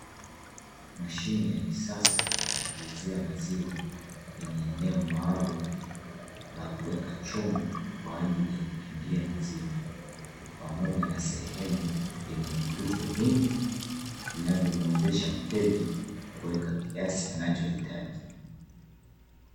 Mashine ya kisasa ya kuuzia maziwa yenye eneo maalumu, la kuweka chombo kwa ajili ya kukingia maziwa. Pamoja na sehemu yenye vitufe vingi vinavyomwezesha mteja kuweka kiasi anachohitaji.